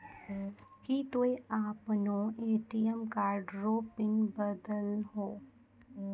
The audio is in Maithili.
की तोय आपनो ए.टी.एम कार्ड रो पिन बदलहो